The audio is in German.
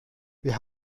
wir